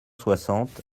soixante